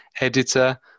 editor